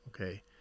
okay